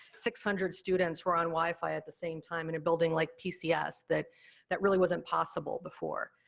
six hundred students were on wifi at the same time, in a building like pcs that that really was impossible before.